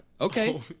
okay